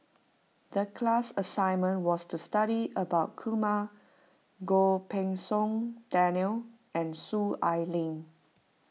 the class assignment was to study about Kumar Goh Pei Siong Daniel and Soon Ai Ling